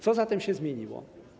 Co zatem się zmieniło?